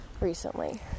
recently